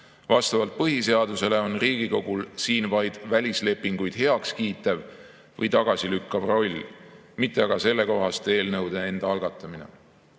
Vastavalt põhiseadusele on Riigikogul siin vaid välislepinguid heakskiitev või tagasilükkav roll, mitte aga sellekohaste eelnõude enda algatamise